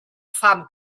sam